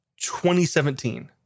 2017